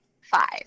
five